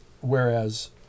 whereas